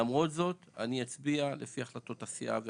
למרות זאת אני אצביע לפי החלטות הסיעה והקואליציה.